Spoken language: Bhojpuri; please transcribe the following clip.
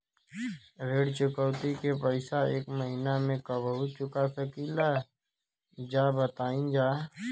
ऋण चुकौती के पैसा एक महिना मे कबहू चुका सकीला जा बताईन जा?